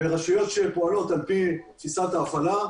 ורשויות שפועלות על פי תפיסת ההפעלה,